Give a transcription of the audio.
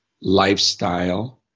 lifestyle